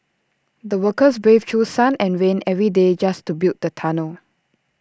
the workers braved through sun and rain every day just to build the tunnel